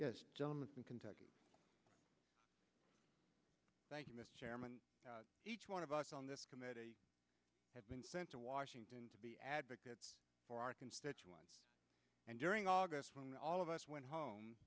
yes gentleman from kentucky thank you mr chairman each one of us on this committee has been sent to washington to be advocates for our constituents and during august when all of us went home